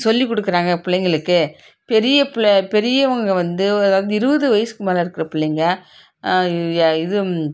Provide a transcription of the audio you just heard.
சொல்லி கொடுக்குறாங்க பிள்ளைங்களுக்கு பெரிய பிள்ள பெரியவங்க வந்து அதாவது இருபது வயதுக்கு மேலே இருக்கிற பிள்ளைங்க இது